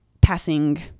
passing